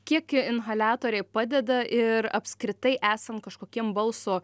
kiek inhaliatoriai padeda ir apskritai esant kažkokiem balso